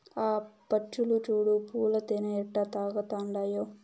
ఆ పచ్చులు చూడు పూల తేనె ఎట్టా తాగతండాయో